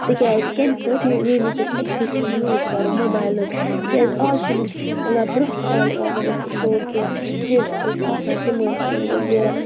تکیازِ کمہِ سۭتۍ ییٚمہِ وِزِ أسۍ ایکسٮ۪سو یوٗز کَرو موبایلُک تِکیازِ آز چھِنہٕ مطلب برٛونٛہہ کالہِ اَگر أسۍ وٕچھو کہِ کِڈٕس ٲسۍ آسان تِم ٲسۍ یہِ